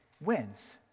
wins